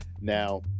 Now